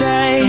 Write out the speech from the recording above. Say